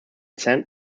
saint